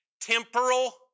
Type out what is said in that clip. temporal